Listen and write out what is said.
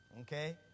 okay